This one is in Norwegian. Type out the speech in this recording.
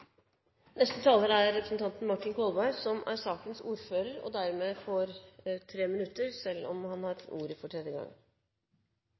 Neste taler er representanten Per Olaf Lundteigen, som er sakens ordfører og derfor har 3 minutters taletid, selv om han har